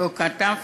והוא כתב